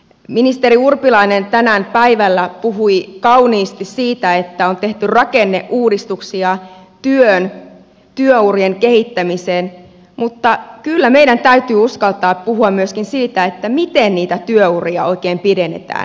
ministeri urpilainen tänään päivällä puhui kauniisti siitä että on rakenneuudistuksia työn työurien kehittämiseen mutta kyllä meidän täytyy uskaltaa puhua myöskin siitä miten niitä työuria oikein pidennetään